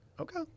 Okay